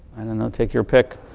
know, take your pick,